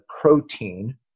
protein